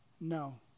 No